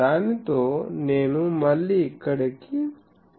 దానితో నేను మళ్ళీ ఇక్కడకు వెళ్తాను